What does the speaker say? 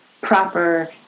proper